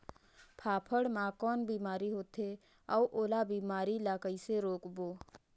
फाफण मा कौन बीमारी होथे अउ ओला बीमारी ला कइसे रोकबो?